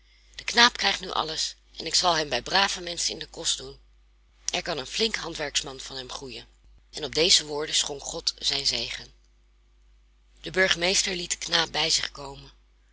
de knaap krijgt nu alles en ik zal hem bij brave menschen in den kost doen er kan een flink handwerksman van hem groeien en op deze woorden schonk god zijn zegen de burgemeester liet den knaap bij zich komen